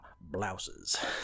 blouses